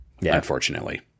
unfortunately